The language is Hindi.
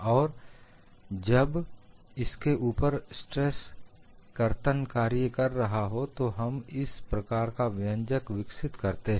और जब इसके ऊपर कर्तन स्ट्रेस कार्य कर रहा हो तो हम इसी प्रकार का व्यंजक विकसित कर सकते हैं